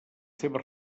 seves